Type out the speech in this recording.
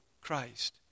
Christ